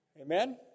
Amen